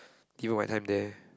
give my time there